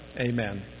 Amen